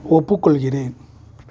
ஒப்புக்கொள்கிறேன்